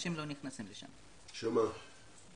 ואנשים לא נכנסים לשם, לעולים.